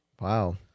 Wow